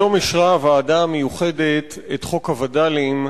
היום אישרה הוועדה המיוחדת את חוק הווד"לים,